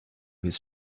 his